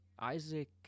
Isaac